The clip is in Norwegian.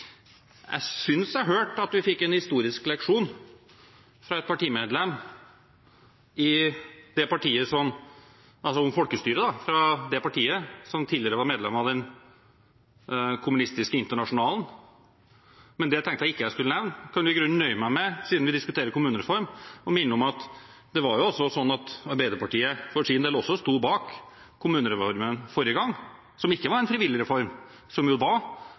Jeg synes jeg hørte at vi fikk en historisk leksjon om folkestyre fra et partimedlem i det partiet som tidligere var medlem av Den kommunistiske internasjonalen. Men det tenkte jeg ikke jeg skulle nevne. Jeg kan i grunnen nøye meg med – siden vi diskuterer kommunereform – å minne om at Arbeiderpartiet, for sin del, også sto bak kommunereformen forrige gang, som ikke var en frivillig reform, men som